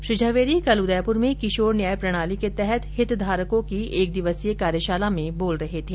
श्री झवेरी कल उदयपुर में किशोर न्याय प्रणाली के तहत हितधारकों की एक दिवसीय कार्यशाला में बोल रहे थे